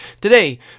Today